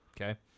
Okay